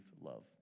love